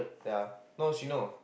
ya no she know